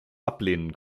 ablehnen